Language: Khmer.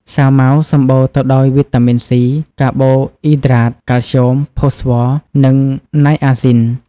សាវម៉ាវ សម្បូរទៅដោយវីតាមីនសុី, កាបូអ៊ីដ្រាត កាល់ស្យូម ផូស្វ័រ និងណៃអាស៊ីន។